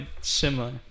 similar